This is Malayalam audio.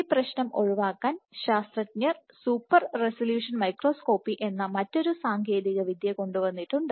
ഈ പ്രശ്നം ഒഴിവാക്കാൻ ശാസ്ത്രജ്ഞർ സൂപ്പർ റെസല്യൂഷൻ മൈക്രോസ്കോപ്പി എന്ന മറ്റൊരു സാങ്കേതികവിദ്യ കൊണ്ടുവന്നിട്ടുണ്ട്